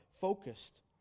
focused